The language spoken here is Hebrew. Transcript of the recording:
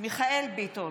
מיכאל מרדכי ביטון,